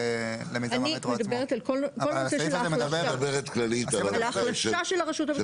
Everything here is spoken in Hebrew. המועצה המאסדרת כוללת גם נציג של הרשות המקומית,